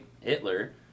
Hitler